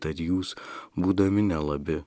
tad jūs būdami nelabi